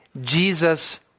Jesus